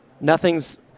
Nothing's